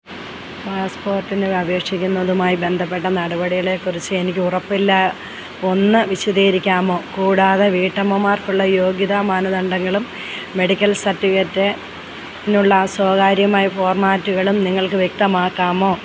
പാസ്പോർട്ടിന് അപേക്ഷിക്കുന്നതുമായി ബന്ധപ്പെട്ട നടപടികളെക്കുറിച്ച് എനിക്ക് ഉറപ്പില്ല ഒന്ന് വിശദീകരിക്കാമോ കൂടാതെ വീട്ടമ്മമാർക്കുള്ള യോഗ്യതാ മാനദണ്ഡങ്ങളും മെഡിക്കൽ സർട്ടിഫിക്കറ്റിനുള്ള ആ സ്വീകാര്യമായ ഫോർമാറ്റുകളും നിങ്ങൾക്ക് വ്യക്തമാക്കാമോ